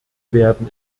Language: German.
werden